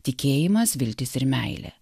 tikėjimas viltis ir meilė